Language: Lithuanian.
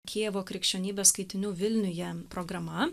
kijevo krikščionybės skaitinių vilniuje programa